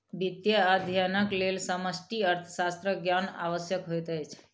वित्तीय अध्ययनक लेल समष्टि अर्थशास्त्रक ज्ञान आवश्यक होइत अछि